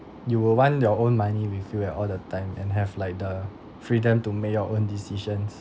you will want your own money with you at all the time and have like the freedom to make your own decisions